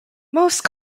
most